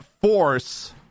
force